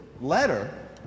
letter